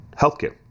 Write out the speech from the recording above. healthcare